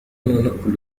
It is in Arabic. نأكل